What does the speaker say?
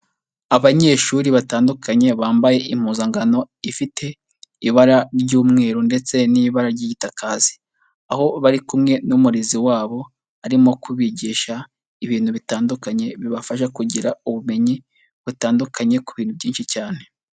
Abanyeshuri batandukanye bambaye impuzankano ifite ibara ry'umweru ndetse n'ibara ry'igitakazi, aho bari kumwe n'umurezi wabo arimo kubigisha ibintu bitandukanye bibafasha kugira ubumenyi butandukanye ku bintu byinshi cyane.